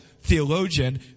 theologian